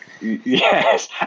Yes